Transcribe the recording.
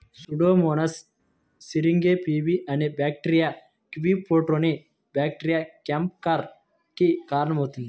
Pseudomonas syringae PV అనే bacteria కివీఫ్రూట్లోని bacteria canker కి కారణమవుతుంది